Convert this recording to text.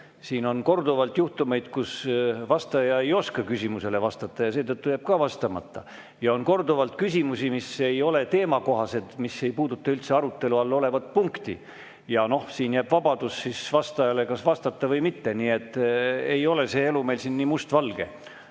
Siin on korduvalt olnud juhtumeid, kus vastaja ei oska küsimusele vastata, ja seetõttu jääb ka vastamata. Ja on korduvalt olnud küsimusi, mis ei ole teemakohased, mis ei puuduta üldse arutelu all olevat punkti. Ja siis jääb vastajale vabadus otsustada, kas vastata või mitte. Nii et ei ole see elu meil siin nii mustvalge.